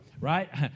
right